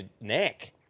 neck